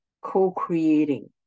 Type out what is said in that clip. Co-creating